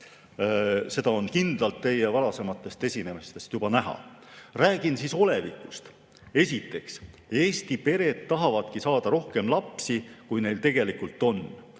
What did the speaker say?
Seda on kindlalt teie varasematest esinemistest juba näha. Räägin siis olevikust. Esiteks, Eesti pered tahavadki saada rohkem lapsi, kui neil tegelikult on.